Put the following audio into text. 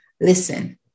listen